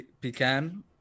Pecan